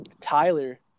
Tyler